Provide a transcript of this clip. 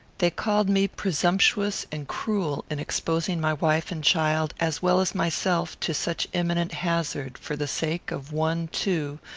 they called me presumptuous and cruel in exposing my wife and child, as well as myself, to such imminent hazard, for the sake of one, too,